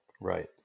Right